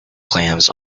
clams